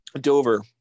Dover